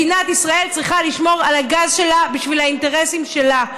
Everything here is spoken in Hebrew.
מדינת ישראל צריכה לשמור על הגז שלה בשביל האינטרסים שלה.